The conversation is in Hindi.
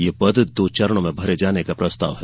ये पद दो चरणों में भरे जाने का प्रस्ताव है